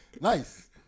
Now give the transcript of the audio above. Nice